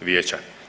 vijeća.